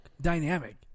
dynamic